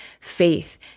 faith